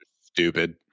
stupid